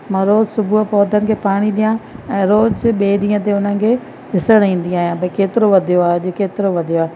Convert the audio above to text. मां रोज़ु सुबुह पौधनि खे पाणी ॾियां ऐं रोज़ ॿिए ॾींहं ते उन्हनि खे ॾिसणु ईंदी आहियां भई केतिरो वधियो आहे अॼु केतिरो वधियो आहे